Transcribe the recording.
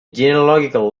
genealogical